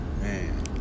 Man